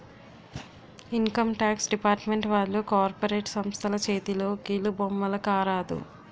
income tax department వాళ్లు corporate సంస్థల చేతిలో కీలుబొమ్మల కారాదు